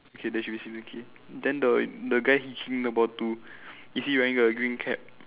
okay there should be basically then the the guy he about to is he wearing a green cap